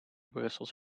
brussels